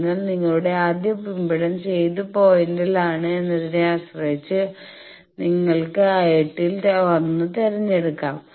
അതിനാൽ നിങ്ങളുടെ ആദ്യ ഇംപെഡൻസ് ഏത് പോയിന്റിൽ ആണ് എന്നതിനെ ആശ്രയിച്ച് നിങ്ങൾക്ക് ആ 8 ൽ 1 തിരഞ്ഞെടുക്കാം